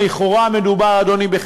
אדוני,